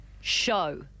Show